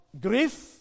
grief